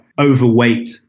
overweight